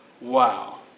wow